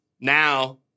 Now